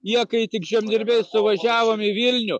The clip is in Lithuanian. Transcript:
jie kai tik žemdirbiai suvažiavom į vilnių